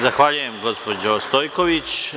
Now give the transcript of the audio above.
Zahvaljujem, gospođo Stojković.